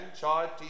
charged